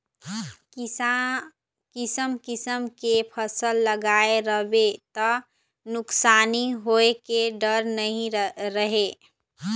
किसम किसम के फसल लगाए रहिबे त नुकसानी होए के डर नइ रहय